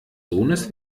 sohnes